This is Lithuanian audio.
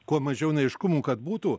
kuo mažiau neaiškumų kad būtų